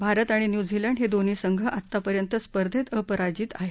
भारत आणि न्यूझीलंड हे दोन्ही संघ आतापर्यंत स्पर्धेत अपराजित आहेत